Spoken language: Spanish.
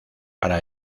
para